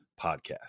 podcast